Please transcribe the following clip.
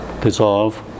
dissolve